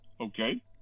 okay